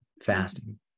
fasting